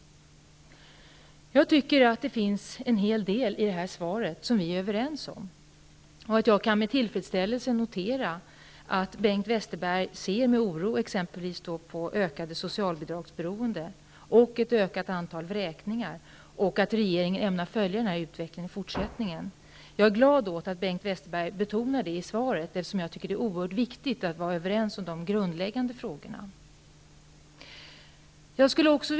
Det finns en hel del i svaret som vi är överens om. Jag kan med tillfredsställelse notera att Bengt Westerberg ser med oro på t.ex. det ökade socialbidragsberoendet och det ökade antalet vräkningar samt att regeringen i fortsättningen ämnar följa utvecklingen. Jag är glad att Bengt Westerberg betonar detta i svaret, eftersom jag tycker att det är oerhört viktigt att vara överens i de grundläggande frågorna.